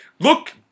Look